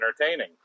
entertaining